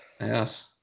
Yes